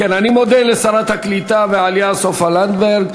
אם כן, אני מודה לשרת העלייה והקליטה סופה לנדבר.